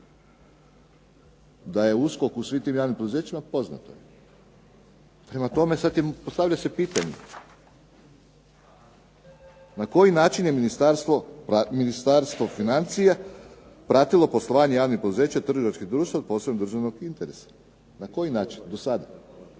da je USKOK u svim tim javnim poduzećima, poznato je. Prema tome, postavlja se pitanje, na koji način je Ministarstvo financija pratilo poslovanje javnih poduzeća trgovačkih društava od posebnog državnog interesa? Na koji način do sada?